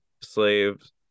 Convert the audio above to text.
slaves